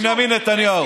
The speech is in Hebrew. בנימין נתניהו.